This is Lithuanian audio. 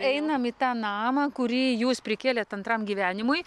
einam į tą namą kurį jūs prikėlėt antram gyvenimui